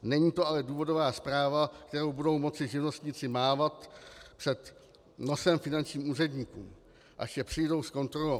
Není to ale důvodová zpráva, kterou budou moci živnostníci mávat před nosem finančním úředníkům, až je přijdou zkontrolovat.